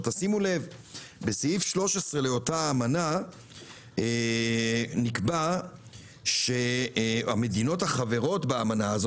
בסעיף 13 לאותה אמנה נקבע שהמדינות החברות באמנה,